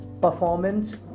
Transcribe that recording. performance